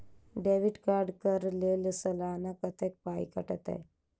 Debit card कऽ लेल सलाना कत्तेक पाई कटतै?